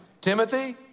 Timothy